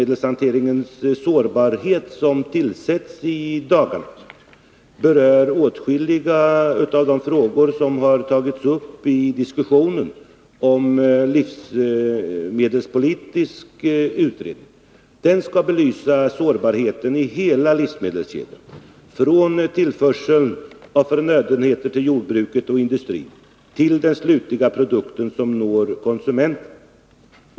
dagarna tillsätts berör åtskilliga av de frågor som har tagits uppi diskussionen om en livsmedelspolitisk utredning. Den skall belysa sårbarheten i hela livsmedelskedjan, från tillförseln av förnödenheter till jordbruket och industrin till den slutliga produkt som når konsumenten.